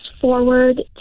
forward